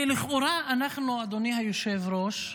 ולכאורה אנחנו, אדוני היושב-ראש,